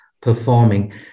performing